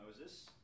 Moses